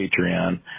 Patreon